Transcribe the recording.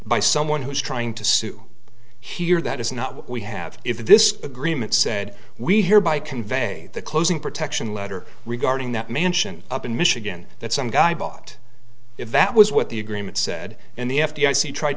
by someone who is trying to sue here that is not what we have if this agreement said we hereby convey the closing protection letter regarding that mansion up in michigan that some guy bought if that was what the agreement said and the f d i c tried